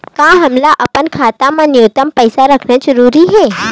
का हमला अपन खाता मा न्यूनतम पईसा रखना जरूरी हे?